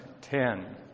ten